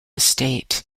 estate